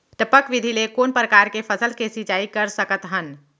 टपक विधि ले कोन परकार के फसल के सिंचाई कर सकत हन?